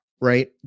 right